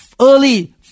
early